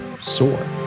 soar